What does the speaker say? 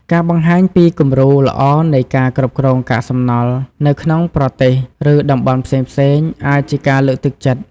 ការបង្ហាញពីគំរូល្អនៃការគ្រប់គ្រងកាកសំណល់នៅក្នុងប្រទេស ឬតំបន់ផ្សេងៗអាចជាការលើកទឹកចិត្ត។